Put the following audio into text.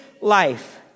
life